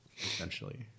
essentially